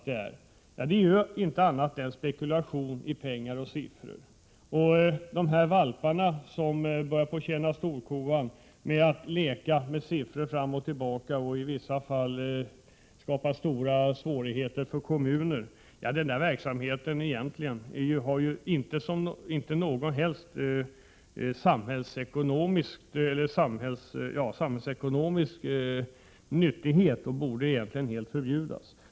Det är ju inte annat än spekulation i pengar och siffror. De valpar som börjat tjäna storkovan genom att leka fram och tillbaka med siffror har i vissa fall skapat stora svårigheter för kommuner. Deras verksamhet har ingen som helst samhällsekonomisk nytta och borde egentligen helt förbjudas.